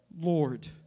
Lord